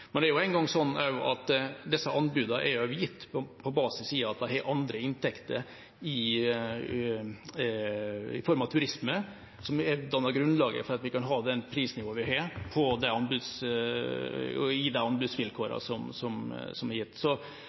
Men det er jo engang slik at disse anbudene er gitt på basis av at de har andre inntekter, i form av turisme, som har dannet grunnlaget for at vi kan ha det prisnivået vi har i anbudsvilkårene som er gitt. Slik sett henger dette mer sammen enn det vi kanskje liker å tro. Samtidig er